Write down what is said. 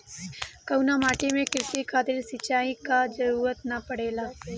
कउना माटी में क़ृषि खातिर सिंचाई क जरूरत ना पड़ेला?